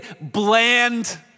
bland